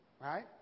right